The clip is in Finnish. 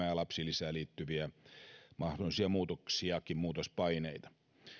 ja lapsilisään liittyviä mahdollisia muutoksiakin muutospaineita